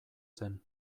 zen